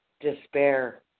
Despair